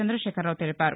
చంద్రశేఖరరావు తెలిపారు